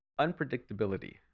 Unpredictability